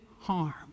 harm